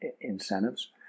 incentives